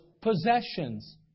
possessions